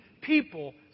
people